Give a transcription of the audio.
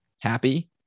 happy